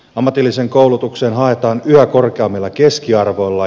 ammatilliseen koulutukseen haetaan yhä korkeammilla keskiarvoilla